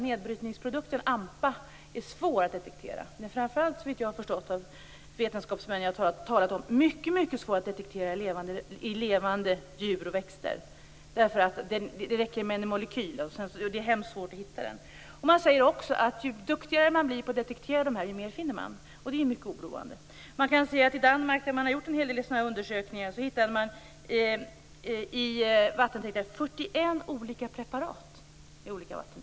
Nedbrytningsprodukten ampa är svår att detektera. Såvitt jag har förstått av vetenskapsmän jag har talat med är den framför allt mycket svår att detektera i levande djur och växter. Det räcker med en molekyl och det är hemskt svårt att hitta den. Man säger också att ju duktigare man blir på detektera dessa, desto mer finner man. Det är mycket oroande. I Danmark, där man har gjort en hel del sådan här undersökningar, hittade man 41 olika preparat i vattentäkter.